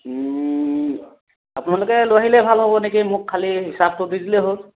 আপোনালোকে লৈ আহিলে ভাল হ'ব নেকি মোক খালী হিচাপটো দি দিলেই হ'ল